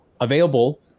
available